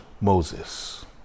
Moses